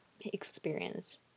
experience